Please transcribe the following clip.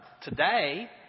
Today